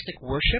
worship